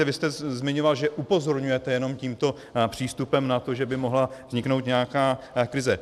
Vy jste zmiňoval, že upozorňujete jenom tímto přístupem na to, že by mohla vzniknout nějaká krize.